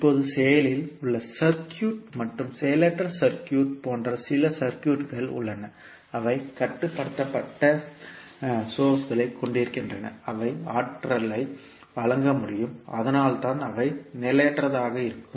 இப்போது செயலில் உள்ள சர்க்யூட் மற்றும் செயலற்ற சர்க்யூட் போன்ற சில சர்க்யூட்கள் உள்ளன அவை கட்டுப்படுத்தப்பட்ட சோர்சஸ்களை கொண்டிருக்கின்றன அவை ஆற்றலை வழங்க முடியும் அதனால்தான் அவை நிலையற்றதாக இருக்கும்